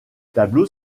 tableau